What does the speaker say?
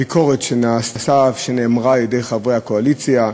הביקורת שנאמרה על-ידי חברי הקואליציה.